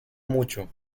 mucho